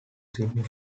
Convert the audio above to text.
sydney